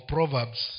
Proverbs